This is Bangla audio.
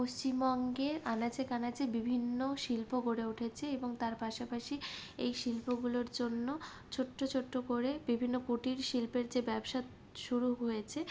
পশ্চিমবঙ্গের আনাচে কানাচে বিভিন্ন শিল্প গড়ে উঠেছে এবং তার পাশাপাশি এই শিল্পগুলোর জন্য ছোট্ট ছোট্ট করে বিভিন্ন কুটির শিল্পের যে ব্যবসা শুরু হয়েছে